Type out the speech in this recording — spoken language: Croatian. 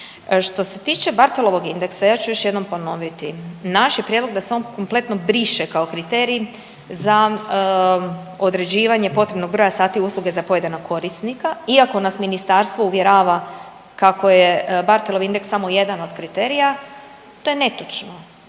Što se tiče Barthelovog indeksa, ja ću još jednom ponoviti, naš je prijedlog da se on kompletno briše kao kriterij za određivanje potrebnog broja sati usluge za pojedinog korisnika iako nas ministarstvo uvjerava kako je Barthelov indeks samo jedan od kriterija, to je netočno.